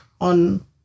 on